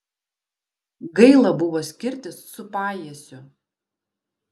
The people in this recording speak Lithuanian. gaila buvo skirtis su pajiesiu